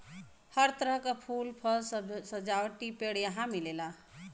हर तरह क फूल, फल, सजावटी पेड़ यहां मिलेला